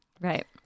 right